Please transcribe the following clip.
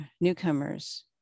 newcomers